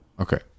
Okay